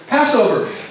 Passover